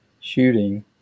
shooting